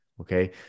Okay